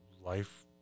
life